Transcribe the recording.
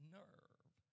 nerve